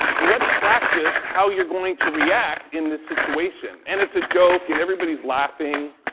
let's practice how you're going to react in this situation, and it's a joke, and everybody's laughing.